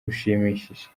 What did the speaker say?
rushimishije